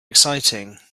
exciting